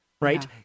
right